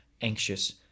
anxious